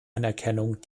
anerkennung